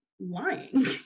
lying